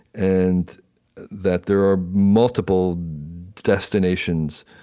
and that there are multiple destinations,